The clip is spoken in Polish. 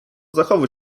zachowuj